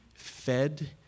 fed